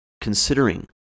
considering